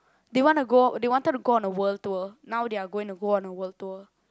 they wanna go they wanted to go on a world tour now they're going go on a world tour